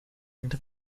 into